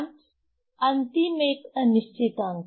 5 अंतिम एक अनिश्चित अंक है